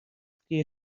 clear